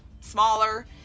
smaller